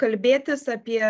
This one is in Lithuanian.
kalbėtis apie